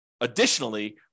additionally